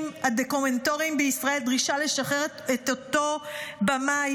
הדוקומנטריים בישראל דרישה לשחרר את אותו במאי,